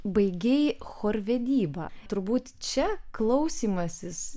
baigei chorvedybą turbūt čia klausymasis